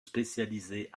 spécialisés